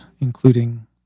including